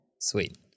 Sweet